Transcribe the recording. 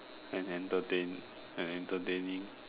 and entertain and entertaining